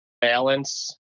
Balance